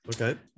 Okay